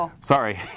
Sorry